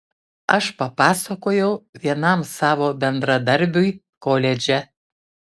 aš papasakojau vienam savo bendradarbiui koledže